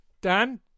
Dan